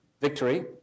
victory